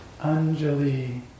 Anjali